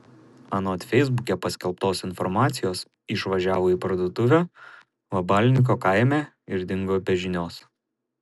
anot feisbuke paskelbtos informacijos išvažiavo į parduotuvę vabalninko kaime ir dingo be žinios